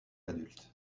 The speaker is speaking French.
adulte